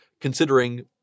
considering